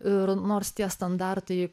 ir nors tie standartai